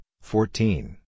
fourteen